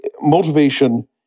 motivation